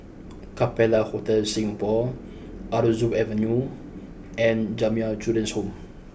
Capella Hotel Singapore Aroozoo Avenue and Jamiyah Children's Home